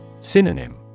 Synonym